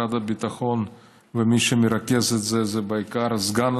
ובמשרד הביטחון מי שמרכז את זה זה בעיקר הסגן,